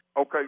Okay